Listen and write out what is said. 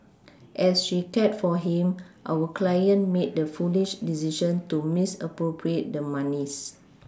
as she cared for him our client made the foolish decision to misappropriate the monies